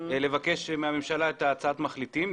לבקש מהממשלה את הצעת המחליטים.